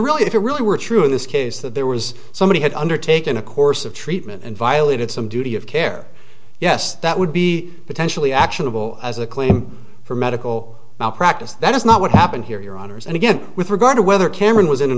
really if it really were true in this case that there was somebody had undertaken a course of treatment and violated some duty of care yes that would be potentially actionable as a claim for medical malpractise that is not what happened here your honor and again with regard to whether cameron was in an